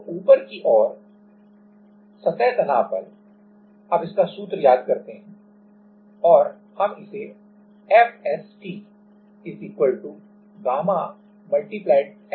तो ऊपर की ओर सतह तनाव बल अब इसका सूत्र याद करते हैं और हम इसे Fstγ×S कहते हैं